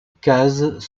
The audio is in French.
cases